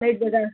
वही जगह